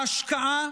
ההשקעה